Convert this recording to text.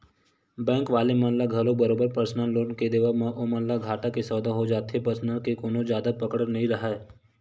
bank वाले मन ल घलो बरोबर परसनल लोन के देवब म ओमन ल घाटा के सौदा हो जाथे परसनल के कोनो जादा पकड़ राहय नइ